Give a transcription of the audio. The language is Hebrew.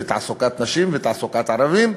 ובתעסוקת נשים ובתעסוקת ערבים.